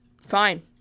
fine